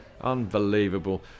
unbelievable